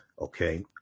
Okay